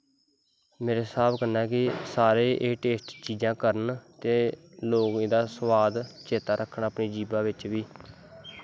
मेरे स्हाब कन्नै सारे एह् चीजां टेस्ट करन ते लोग एह्दा टेस्ट चेता रक्खन जीबा बिच्च बी